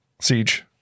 Siege